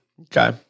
Okay